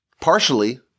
partially